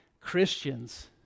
Christians